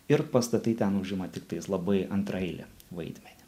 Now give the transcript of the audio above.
ir pastatai ten užima tiktais labai antraeilį vaidmenį